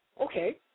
Okay